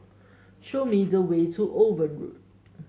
show me the way to Owen Road